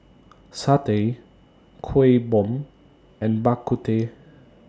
Satay Kuih Bom and Bak Kut Teh